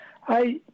Hi